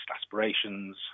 aspirations